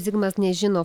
zigmas nežino